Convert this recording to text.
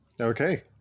okay